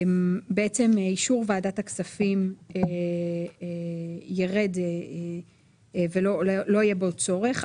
אישור ועדת הכספים יירד ולא יהיה בו צורך,